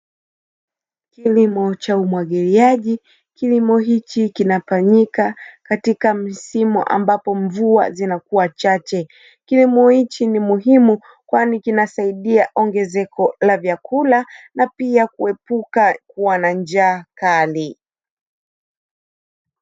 Kilimo cha umwagiliaji, kilimo hichi kinafanyika katika msimu ambapo mvua zinakuwa chache. Kilimo hichi ni muhimu kwani kinasaidia ongezeko la vyakula na pia kuepuka njaa kali.